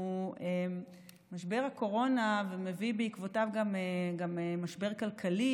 שמשבר הקורונה מביא בעקבותיו גם משבר כלכלי